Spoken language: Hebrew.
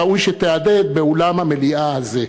ראוי שתהדהד באולם המליאה הזה,